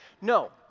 No